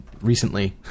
recently